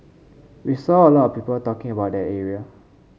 we saw a lot of people talking about that area